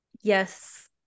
yes